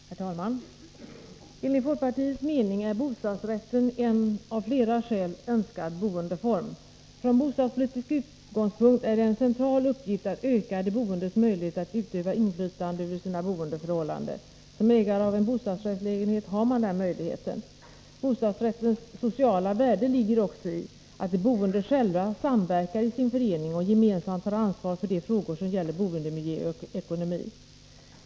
Herr talman! Enligt folkpartiets mening är bostadsrätten en av flera skäl önskad boendeform. Från bostadspolitisk utgångspunkt är det en central uppgift att öka de boendes möjligheter att utöva inflytande över sina boendeförhållanden. Som ägare av en bostadsrättslägenhet har man denna möjlighet. Bostadsrättens sociala värde ligger också i att de boende själva samverkar i sin förening och gemensamt tar ansvar för frågor som gäller boendemiljö och ekonomi.